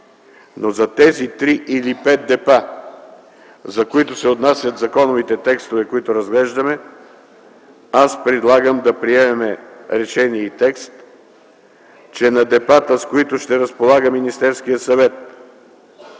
Но за тези три или пет депа, за които се отнасят законовите текстове, които разглеждаме, аз предлагам да приемем решение и текст, че на депата, с които ще разполага Министерският съвет